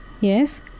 Yes